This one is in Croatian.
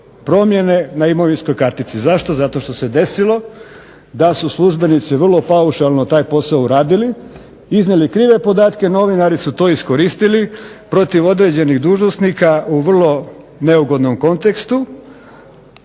promjene na imovinskoj kartici. Zašto? Zato što se desilo da službenici vrlo paušalno taj posao uradili, iznijeli krive podatke, novinari su to iskoristili, protiv određenih dužnosnika u vrlo neugodnom kontekstu,